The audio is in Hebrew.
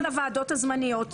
אפשר גם להעביר לוועדות הזמניות.